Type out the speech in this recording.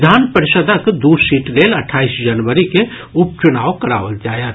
विधान परिषद्क दू सीट लेल अठाईस जनवरी के उपचुनाव कराओल जायत